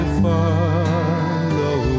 follow